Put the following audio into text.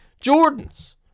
jordan's